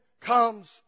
comes